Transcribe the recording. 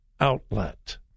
outlet